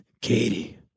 Katie